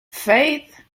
faith